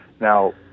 Now